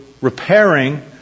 repairing